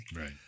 Right